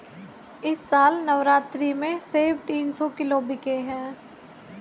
इस साल नवरात्रि में सेब तीन सौ किलो बिके हैं